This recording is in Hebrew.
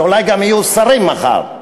שאולי גם יהיו שרים מחר?